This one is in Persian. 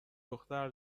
دختر